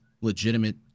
legitimate